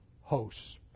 hosts